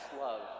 love